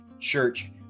church